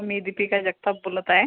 मी दीपिका जगताप बोलत आहे